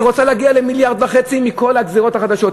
היא רוצה להגיע ל-1.5 מיליארד מכל הגזירות החדשות.